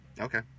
okay